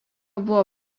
buvo